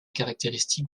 caractéristique